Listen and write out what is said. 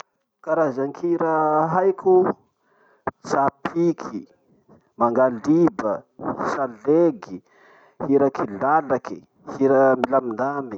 Karazan-kira haiko: tsapiky, mangaliba, salegy, hira kilalaky, hira milamindamy.